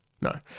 No